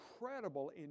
incredible